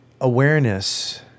awareness